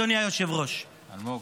חבל, אלמוג.